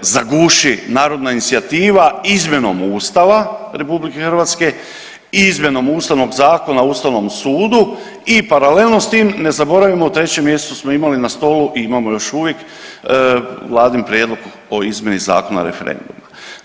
zaguši narodna inicijativa izmjenom Ustava RH, izmjenom Ustavnog zakona o Ustavnom sudu i paralelno s tim ne zaboravimo u 3. mjesecu smo imali na stolu i imamo još uvijek vladin prijedlog o izmjeni Zakona o referendumu.